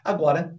Agora